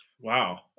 Wow